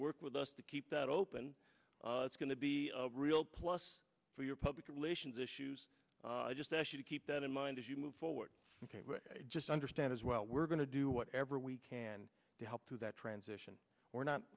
work with us to keep that open it's going to be a real plus for your public relations issues i just ask you to keep that in mind as you move forward just understand as well we're going to do whatever we can to help through that transition or not